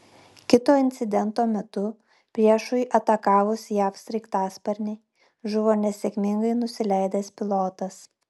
kito incidento metu priešui atakavus jav sraigtasparnį žuvo nesėkmingai nusileidęs pilotas